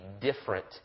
different